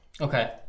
Okay